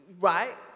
Right